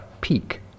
peak